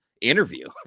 interview